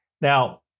Now